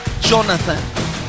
Jonathan